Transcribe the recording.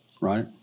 right